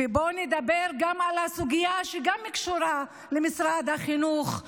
בואו נדבר על הסוגיה שקשורה למשרד החינוך גם היא,